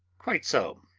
quite so.